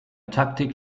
taktik